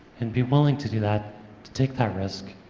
and be willing to do that, to take that risk.